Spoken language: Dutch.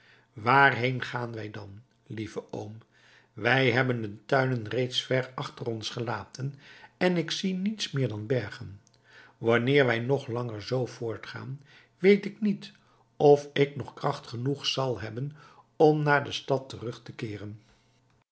waarheen gaan wij dan lieve oom wij hebben de tuinen reeds ver achter ons gelaten en ik zie niets meer dan bergen wanneer wij nog langer zoo voortgaan weet ik niet of ik nog kracht genoeg zal hebben om naar de stad terug te keeren